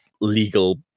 legal